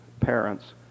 parents